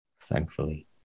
Thankfully